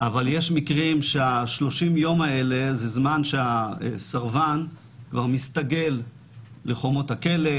אבל יש מקרים שה-30 יום האלה הם זמן שהסרבן כבר מסתגל לחומות הכלא,